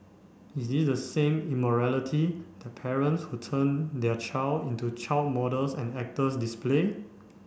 is this the same immorality that parents who turn their child into child models and actors display